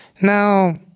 Now